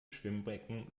schwimmbecken